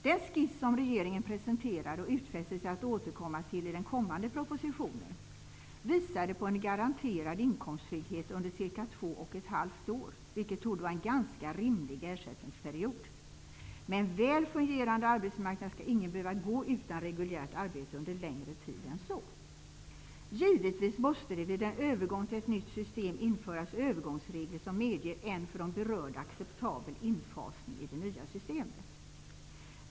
Den skiss som regeringen presenterade och utfäste sig att återkomma till i den kommande propositionen visade på en garanterad inkomsttrygghet under ca två och ett halvt år, vilket torde vara en ganska rimlig ersättningsperiod. Med en väl fungerande arbetsmarknad skall ingen behöva gå utan reguljärt arbete under längre tid än så. Givetvis måste det vid en övergång till ett nytt system införas övergångsregler som medger en för de berörda acceptabel infasning i det nya systemet.